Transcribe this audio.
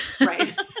right